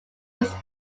was